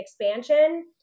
expansion